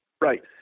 Right